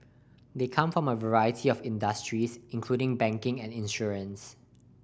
they come from a variety of industries including banking and insurance